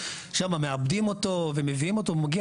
שם מעבדים אותו ומביאים אותו והוא מגיע